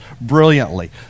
brilliantly